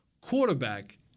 quarterback